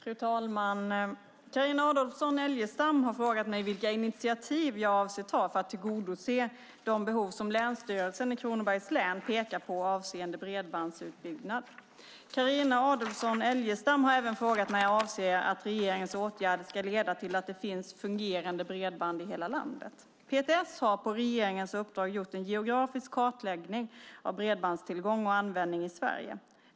Fru talman! Carina Adolfsson Elgestam har frågat mig vilka initiativ jag avser att ta för att tillgodose de behov som Länsstyrelsen i Kronobergs län pekar på avseende bredbandsutbyggnad. Carina Adolfsson Elgestam har även frågat mig när jag anser att regeringens åtgärder ska leda till att det finns fungerande bredband i hela landet. PTS har på regeringens uppdrag gjort en geografisk kartläggning av bredbandstillgång och användning i Sverige.